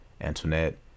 antoinette